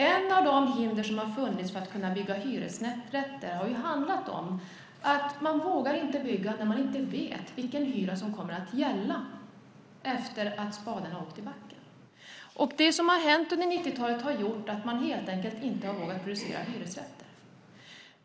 Ett av de hinder som har funnits för att kunna bygga hyresrätter har handlat om att man inte vågar bygga när man inte vet vilken hyra som kommer att gälla efter att spaden har satts i backen. Det som har hänt under 90-talet har gjort att man helt enkelt inte har vågat producera hyresrätter.